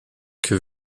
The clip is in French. que